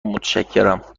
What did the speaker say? متشکرم